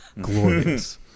glorious